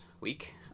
week